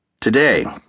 Today